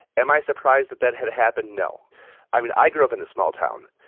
am i surprised that that had happened? no i mean, i grew up in a small town.